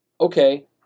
okay